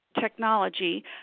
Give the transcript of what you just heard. technology